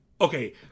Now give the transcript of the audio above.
okay